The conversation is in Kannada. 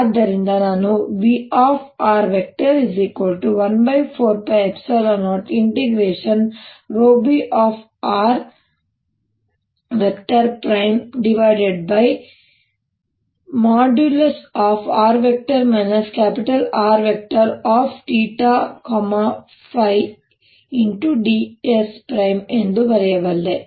ಆದ್ದರಿಂದ ನಾನು Vr14π0br|r R|ds ಬರೆಯಬಲ್ಲೆ